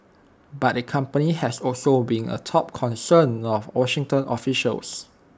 but the company has also been A top concern of Washington officials